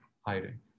hiding